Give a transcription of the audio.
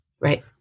Right